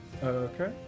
Okay